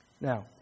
Now